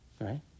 right